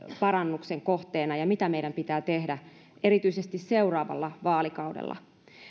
parannuksen kohteena ja mitä meidän pitää tehdä erityisesti seuraavalla vaalikaudella